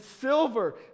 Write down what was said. silver